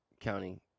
County